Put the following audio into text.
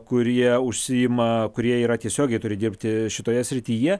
kurie užsiima kurie yra tiesiogiai turi dirbti šitoje srityje